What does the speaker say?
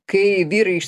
kai vyrai iš